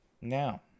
Now